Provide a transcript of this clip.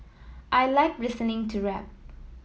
I like listening to rap